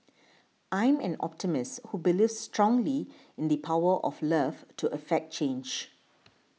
I'm an optimist who believes strongly in the power of love to affect change